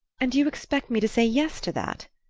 and you expect me to say yes to that?